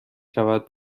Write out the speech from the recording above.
شود